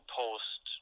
post